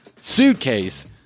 suitcase